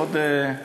זה עוד,